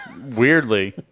Weirdly